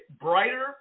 brighter